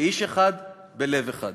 כאיש אחד בלב אחד.